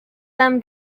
them